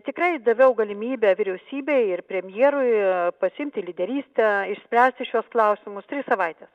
tikrai daviau galimybę vyriausybei ir premjerui pasiimti lyderystę išspręsti šiuos klausimus tris savaites